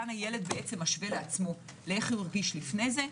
כאן הילד משווה לעצמו איך הרגיש לפני זה.